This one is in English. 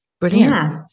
brilliant